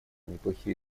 неплохие